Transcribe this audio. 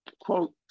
quote